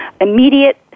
immediate